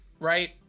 right